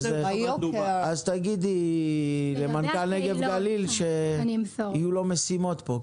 אז תגידי למנכ"ל נגב גליל שיהיו לו משימות פה.